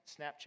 Snapchat